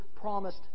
promised